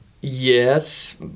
Yes